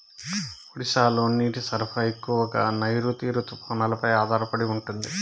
ఒడిశాలో నీటి సరఫరా ఎక్కువగా నైరుతి రుతుపవనాలపై ఆధారపడి ఉంటుంది